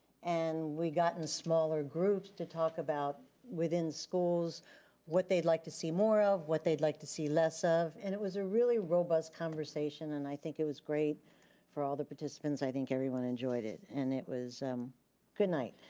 and we got in smaller groups to talk about within schools what they'd like to see more of. what they'd like to see less of, and it was a really robust conversation and i think it was great for all the participants. i think everyone enjoyed it, and it was good night.